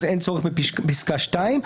אז אין צורך בפסקה (2),